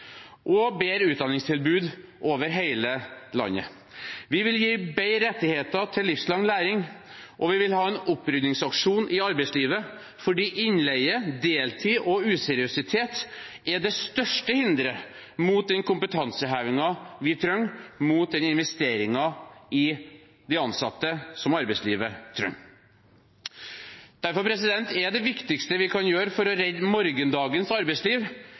og bedre utdanningstilbud over hele landet. Vi vil gi bedre rettigheter til livslang læring, og vi vil ha en opprydningsaksjon i arbeidslivet fordi innleie, deltid og useriøsitet er det største hinderet for den kompetansehevingen vi trenger, for den investeringen i de ansatte som arbeidslivet trenger. Derfor er det viktigste vi kan gjøre for å redde morgendagens arbeidsliv,